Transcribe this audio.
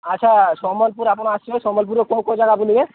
ଆଚ୍ଛା ସମ୍ବଲପୁର ଆପଣ ଆସିବେ ସମ୍ବଲପୁର କେଉଁ କେଉଁ ଯାଗା ବୁଲିବେ